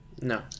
No